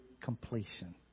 completion